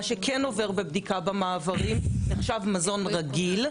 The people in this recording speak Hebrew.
מה שכן עובר בבדיקה במעברים נחשב מזון רגיל.